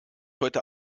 heute